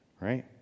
right